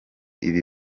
ibi